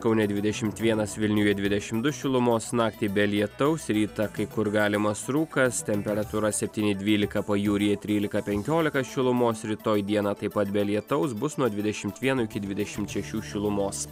kaune dvidešimt vienas vilniuje dvidešim du šilumos naktį be lietaus rytą kai kur galimas rūkas temperatūra septyni dvylika pajūryje trylika penkiolika šilumos rytoj dieną taip pat be lietaus bus nuo dvidešimt vieno iki dvidešimt šešių šilumos